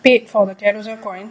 paid for the carousell coins